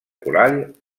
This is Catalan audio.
coral